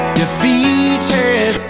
defeated